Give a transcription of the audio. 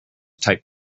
type